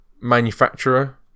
manufacturer